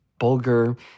bulgur